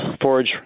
Forage